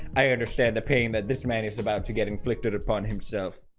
i understand the pain that this man is about to get inflicted upon himself